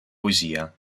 poesia